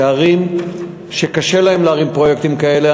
שערים שקשה להן להרים פרויקטים כאלה,